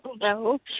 No